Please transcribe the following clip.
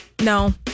No